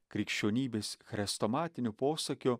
krikščionybės chrestomatiniu posakiu